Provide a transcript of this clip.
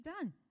done